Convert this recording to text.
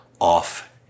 off